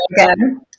again